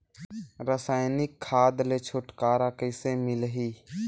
रसायनिक खाद ले छुटकारा कइसे मिलही?